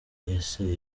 ese